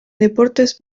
deportes